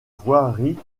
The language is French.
voirie